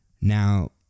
Now